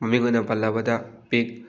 ꯃꯃꯤꯡ ꯑꯣꯏꯅ ꯄꯜꯂꯕꯗ ꯄꯤꯒ